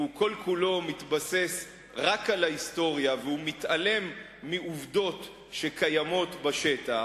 כל-כולו מתבסס רק על ההיסטוריה והוא מתעלם מעובדות שקיימות בשטח,